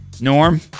Norm